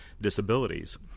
disabilities